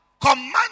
command